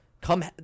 come